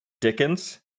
Dickens